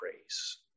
praise